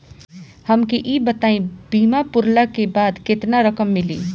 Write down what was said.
हमके ई बताईं बीमा पुरला के बाद केतना रकम मिली?